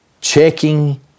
checking